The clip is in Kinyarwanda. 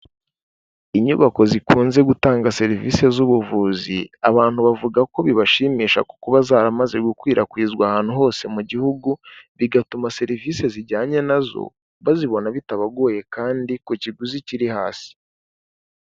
Inyubako zikunze gutanga serivise z'ubuvuzi, abantu bavuga ko bibashimisha ku kuba zaramaze gukwirakwizwa ahantu hose mu gihugu, bigatuma serivisi zijyanye na zo bazibona bitabagoye kandi ku kiguzi kiri hasi.